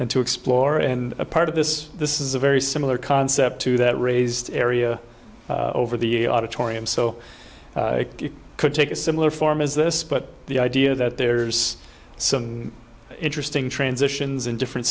activities and to explore in a part of this this is a very similar concept to that raised area over the auditorium so you could take a similar form is this but the idea that there's some interesting transitions in different